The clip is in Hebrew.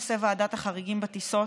לנושא ועדת החריגים בטיסות.